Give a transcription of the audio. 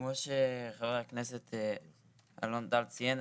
כמו שחה"כ אלון טל ציין,